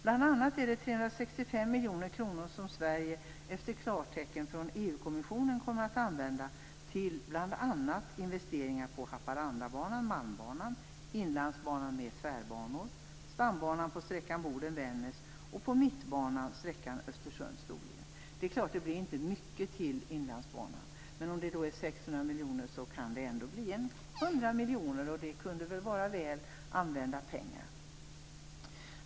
Bl.a. handlar det om 365 miljoner kronor som Sverige efter klartecken från EU-kommissionen kommer att använda exempelvis till investeringar på Mittbanan på sträckan Östersund-Storlien. Det blir inte mycket till Inlandsbanan, men om det handlar om 600 miljoner kan det ändå bli ca 100 miljoner, och det kunde väl vara väl använda pengar.